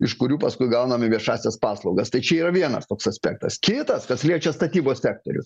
iš kurių paskui gauname viešąsias paslaugas tai čia yra vienas toks aspektas kitas kas liečia statybos sektorių